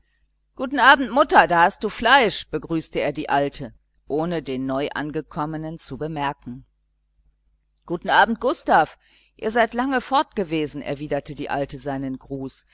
guten abend mutter da hast du fleisch begrüßte er die alte ohne den neuangekommenen zu bemerken guten abend gustav ihr seid lange fortgewesen erwiderte die alte seinen gruß